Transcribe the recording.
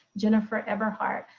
jennifer eberhardt,